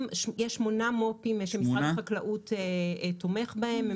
יש שמונה מו"פים שמשרד החקלאות תומך בהם.